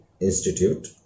Institute